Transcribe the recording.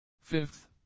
Fifth